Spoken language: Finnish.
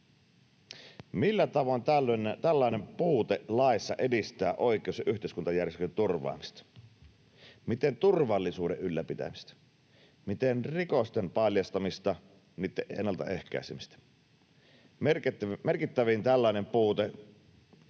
Millä tavoin tällainen puute laissa edistää oikeus- ja yhteiskuntajärjestyksen turvaamista, miten turvallisuuden ylläpitämistä, miten rikosten paljastamista ja niitten ennaltaehkäisemistä? Merkittävimmin tällainen puute